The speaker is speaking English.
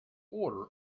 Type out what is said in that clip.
order